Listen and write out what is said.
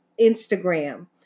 Instagram